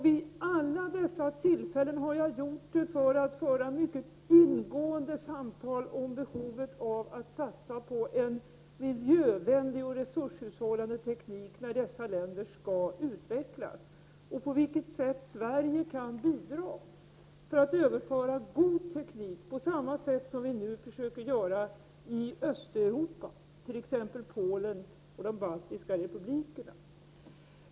Vid alla dessa tillfällen har min avsikt varit att föra mycket ingående samtal om behovet av att satsa på en miljövänlig och resurshushållande teknik när dessa länder skall utvecklas, och att diskutera på vilket sätt Sverige kan bidra till att överföra god teknik på samma sätt som vi nu försöker göra när det gäller Östeuropa, t.ex. Polen och de baltiska republikerna.